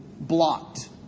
blocked